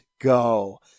go